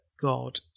God